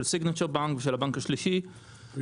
של Signature Bank ושל הבנק השלישי הם